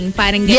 parang